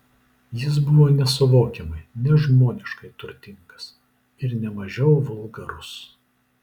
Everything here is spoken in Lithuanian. jis buvo nesuvokiamai nežmoniškai turtingas ir ne mažiau vulgarus